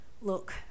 look